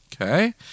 Okay